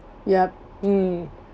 yup mm